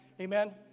Amen